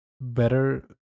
better